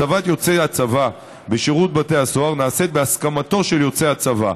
הצבת יוצא הצבא בשירות בתי הסוהר נעשית בהסכמתו של יוצא הצבא.